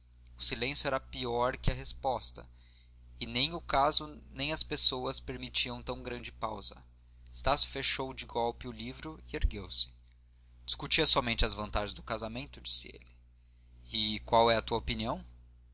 o silêncio era pior que a resposta e nem o caso nem as pessoas permitiam tão grande pausa estácio fechou de golpe o livro e ergueu-se discutia somente as vantagens do casamento disse ele e qual é a tua opinião